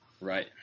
Right